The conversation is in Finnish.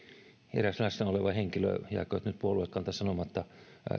eräs läsnä ollut henkilö jääköön nyt puoluekanta sanomatta